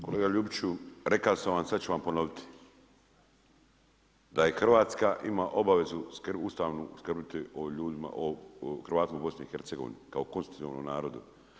Kolega Ljubiću, rekao sam vam, sad ću vam ponoviti, da Hrvatska ima obavezu Ustavnu skrbiti o ljudima, o Hrvatima u BiH kao konstitutivnom narodu.